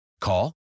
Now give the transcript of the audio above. Call